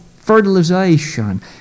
fertilization